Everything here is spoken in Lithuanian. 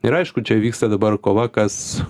ir aišku čia vyksta dabar kova kas